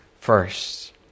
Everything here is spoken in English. first